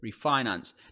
Refinance